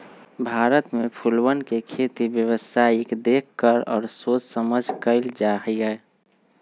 भारत में फूलवन के खेती व्यावसायिक देख कर और सोच समझकर कइल जाहई